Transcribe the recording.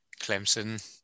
Clemson